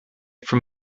from